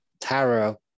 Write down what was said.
tarot